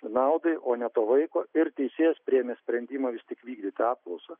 naudai o ne to vaiko ir teisėjas priėmė sprendimą vis tik vykdyti apklausą